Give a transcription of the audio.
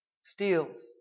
steals